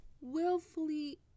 Willfully